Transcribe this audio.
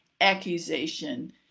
accusation